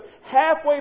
halfway